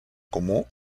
comú